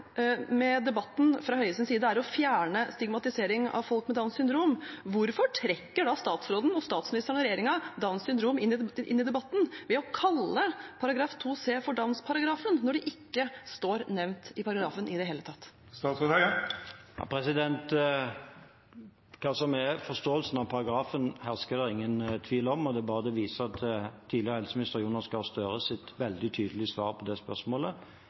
med debatten fra Høies side er å fjerne stigmatisering av folk med Downs syndrom, hvorfor trekker da statsråden, statsministeren og regjeringen Downs syndrom inn i debatten ved å kalle § 2c for downs-paragrafen, når det ikke står nevnt i paragrafen i det hele tatt? Hva som er forståelsen av paragrafen, hersker det ingen tvil om, og det er bare å vise til tidligere helseminister Jonas Gahr Støres veldig tydelige svar på det spørsmålet